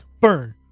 burn